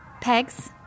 Pegs